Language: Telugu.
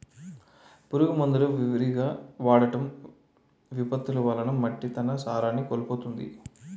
పురుగు మందులు విరివిగా వాడటం, విపత్తులు వలన మట్టి తన సారాన్ని కోల్పోతుంది